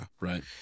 right